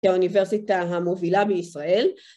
האוניברסיטה המובילה בישראל.